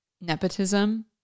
nepotism